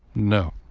no.